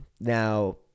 Now